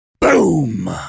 Boom